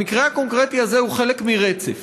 המקרה הקונקרטי הזה הוא חלק מרצף.